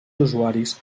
usuaris